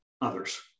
others